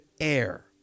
air